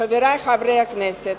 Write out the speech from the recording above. חברי חברי הכנסת,